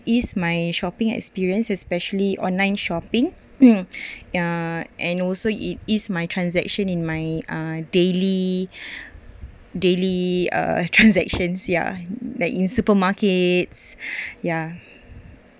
is my shopping experience especially online shopping ya ya and also it is my transaction in my uh daily daily uh transaction ya like in supermarkets yeah